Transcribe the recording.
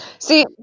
See